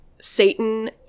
Satan